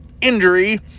Injury